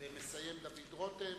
יסיים חבר הכנסת דוד רותם.